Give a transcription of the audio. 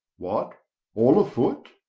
what all a-foot